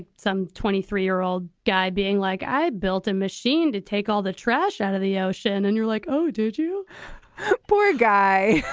some twenty three year old guy being like, i built a machine to take all the trash out of the ocean. and you're like, oh, dude, you poor guy